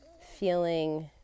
feeling